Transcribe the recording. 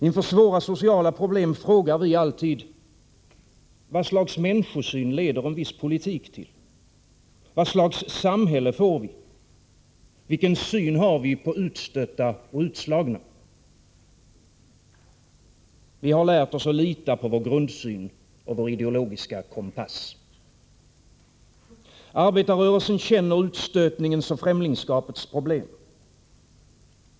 Inför svåra sociala problem frågar vi alltid: Vad för slags människosyn leder en viss politik till, vad för slags samhälle får vi, vilken syn har vi på utstötta och utslagna? Vi har lärt oss att lita på vår grundsyn och på vår ideologiska kompass. Arbetarrörelsen känner utstötningens och främlingskapets problem.